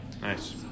Nice